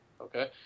okay